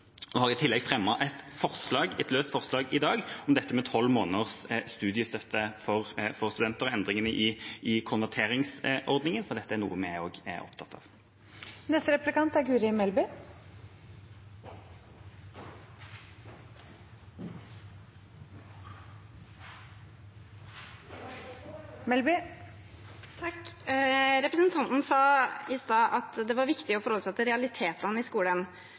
og vi har i tillegg fremmet et løst forslag i dag om tolv måneders studiestøtte for studentene og endringer i konverteringsordningen. Dette er noe vi også er opptatt av. Representanten sa i stad at det var viktig å forholde seg til realitetene i skolen.